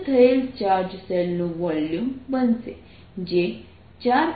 બંધ થયેલ ચાર્જ શેલનું વોલ્યુમ બનશે જે 4πr2dr